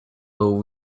will